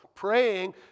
praying